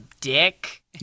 dick